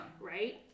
right